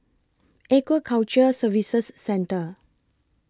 Aquaculture Services Centre